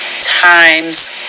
times